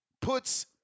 puts